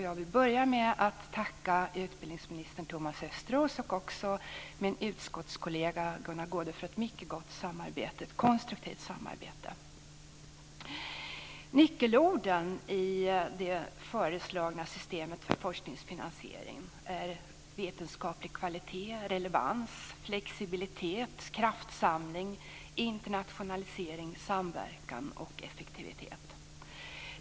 Jag vill börja med att tacka utbildningsminister Thomas Östros och min utskottskollega Gunnar Goude för ett mycket gott och konstruktivt samarbete. Nyckelorden i det föreslagna systemet för forskningsfinansiering är vetenskaplig kvalitet, relevans, flexibilitet, kraftsamling, internationalisering, samverkan och effektivitet.